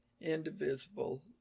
indivisible